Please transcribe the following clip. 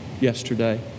yesterday